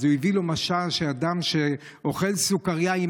הוא נתן לו משל: אדם שאוכל סוכרייה עם